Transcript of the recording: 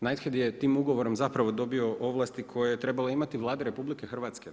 Knighthead je tim ugovorom zapravo dobio ovlasti koje je trebala imati Vlada RH.